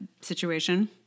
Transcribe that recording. situation